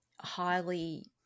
highly